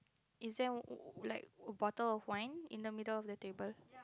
is there o~ like bottle of wine in the middle of the table